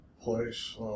place